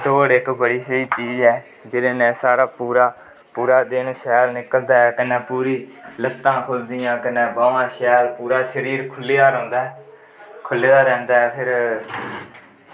दौड़ इक बड़ी स्हेई चीज़ ऐ जेह्दै नै साढ़ा पूरा पूरा दिन शैल निकलदा ऐ कन्नै पूरी लत्तां फुलदियां कन्नै बामां शैल पूरा शरीर खुल्ले दा रौंह्दा ऐ खुल्ले दा रैंह्दा ऐ फिर